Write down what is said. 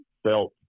felt